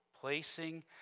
Placing